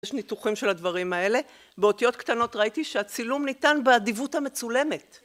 יש ניתוחים של הדברים האלה, באותיות קטנות ראיתי שהצילום ניתן באדיבות המצולמת